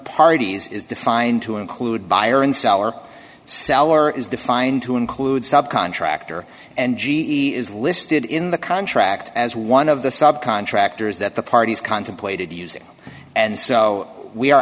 parties is defined to include buyer and seller sour is defined to include sub contractor and g e is listed in the contract as one of the sub contractors that the parties contemplated using and so we are